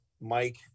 Mike